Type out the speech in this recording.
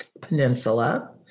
Peninsula